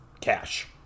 cash